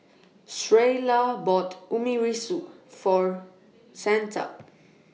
Sheyla bought Omurice For Santa